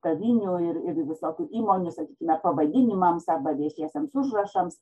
kavinių ir ir visokių įmonių sakykime pavadinimams arba viešiesiems užrašams